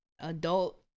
adult